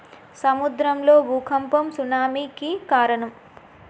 సముద్రం లో భూఖంపం సునామి కి కారణం